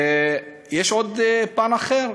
ויש עוד פן אחר: